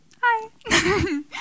Hi